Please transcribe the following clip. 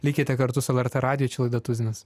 likite kartu su lrt radiju čia laida tuzinas